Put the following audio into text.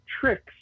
tricks